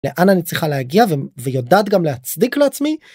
לאן אני צריכה להגיע ויודעת גם להצדיק לעצמי.